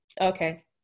Okay